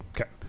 Okay